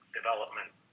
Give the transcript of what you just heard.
development